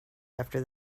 after